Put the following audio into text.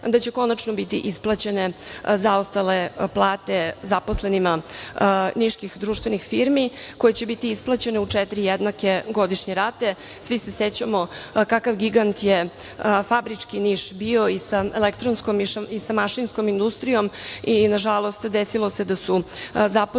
da će konačno biti isplaćene zaostale plate zaposlenima niških društvenih firmi, koje će biti isplaćene u četiri jednake godišnje rate. Svi se sećamo kakav gigant je fabrički Niš bio, i sa elektronskom i sa mašinskom industrijom i, nažalost, desilo se da su zaposleni